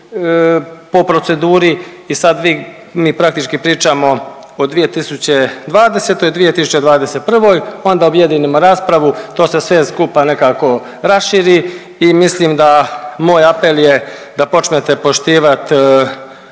po proceduri i sad vi, mi praktički pričamo o 2020., 2021., onda objedinimo raspravu, to se sve skupa nekako raširi i mislim da moj apel je da počmete poštivat